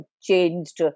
changed